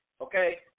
Okay